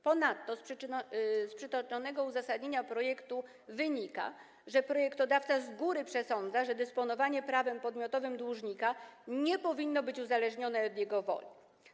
Ponadto z przytoczonego uzasadnienia projektu wynika, że projektodawca z góry przesądza, że dysponowanie prawem podmiotowym dłużnika nie powinno być uzależnione od jego woli.